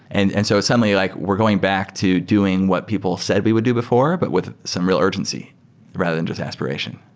and and so suddenly, like we're going back to doing what people said we would do before, but with some real urgency rather than just aspiration.